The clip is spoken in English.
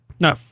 No